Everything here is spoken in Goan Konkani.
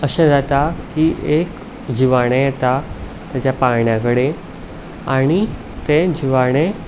अशें जाता की एक जिवाणें येता ताच्या पाळण्यां कडेन आनी तें जिवाणें